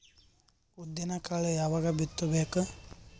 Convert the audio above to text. ಉದ್ದಿನಕಾಳು ಯಾವಾಗ ಬಿತ್ತು ಬೇಕು?